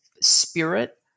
spirit